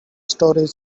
storage